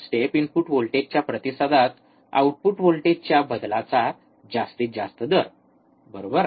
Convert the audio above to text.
step input व्होल्टेजच्या प्रतिसादात output व्होल्टेजच्या बदलाचा जास्तीत जास्त दर बरोबर